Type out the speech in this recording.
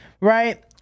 right